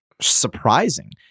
Surprising